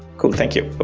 cool. thank you.